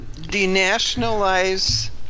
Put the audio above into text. denationalize